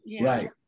Right